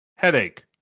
Headache